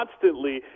constantly